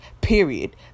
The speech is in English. Period